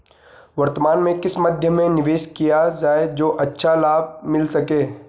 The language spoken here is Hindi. वर्तमान में किस मध्य में निवेश किया जाए जो अच्छा लाभ मिल सके?